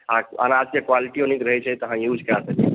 अनाजके क्वालिटियो नीक रहै छै तऽ अहाँ यूज़ कै सकै छी